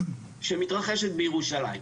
שמתרחשים בירושלים.